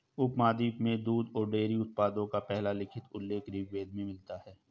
उपमहाद्वीप में दूध और डेयरी उत्पादों का पहला लिखित उल्लेख ऋग्वेद में मिलता है